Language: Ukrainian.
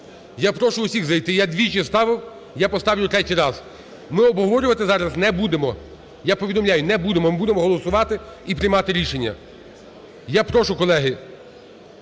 Я прошу всіх зайти. Я двічі ставив, я поставлю третій раз. Ми обговорювати зараз не будемо, я повідомляю, не будемо. Ми будемо голосувати і приймати рішення. Я прошу, колеги,